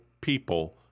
people